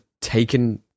taken